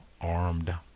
armed